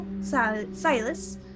Silas